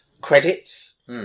credits